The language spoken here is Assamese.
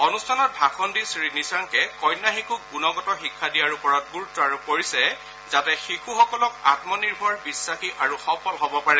অনুষ্ঠানত ভাষণ দি শ্ৰীনিশাংকে কন্যা শিশুক গুণগত শিক্ষা দিয়াৰ ওপৰত গুৰুত্ আৰোপ কৰিছে যাতে শিশুসকলক আম্ম নিৰ্ভৰ বিশ্বাসী আৰু সফল হব পাৰে